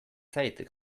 zait